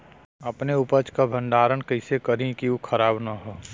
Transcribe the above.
अपने उपज क भंडारन कइसे करीं कि उ खराब न हो?